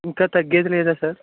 ఇంక తగ్గేదిలేదా సార్